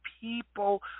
people